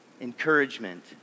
encouragement